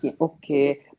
Okay